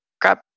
grab